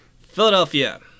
Philadelphia